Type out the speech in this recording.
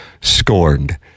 scorned